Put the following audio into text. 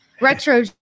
Retro